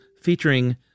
featuring